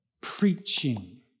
preaching